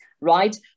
right